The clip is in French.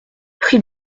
prix